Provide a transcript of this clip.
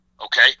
okay